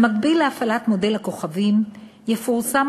במקביל להפעלת "מודל הכוכבים" יפורסם